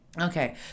Okay